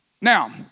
Now